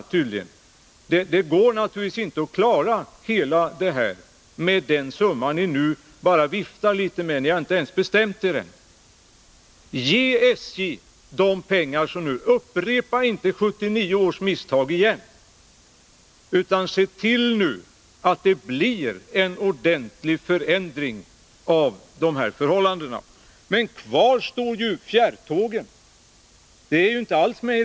Naturligtvis går det inte att klara allt det här med den summa ni nu bara viftar med. Ni har ju inte ens bestämt er ännu. Ge SJ de pengar som nu behövs! Upprepa inte 1979 års misstag, utan se till att det nu blir en ordentlig förändring av förhållandena! Men kvar står frågan om fjärrtågen. Dessa finns ju inte alls med här.